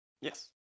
Yes